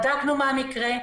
בדקנו מה המקרה.